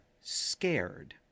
scared